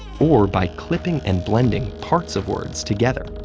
or by clipping and blending parts of words together,